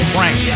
Frank